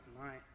tonight